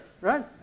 right